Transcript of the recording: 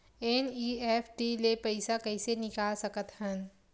NEFT ले पईसा कइसे निकाल सकत हन?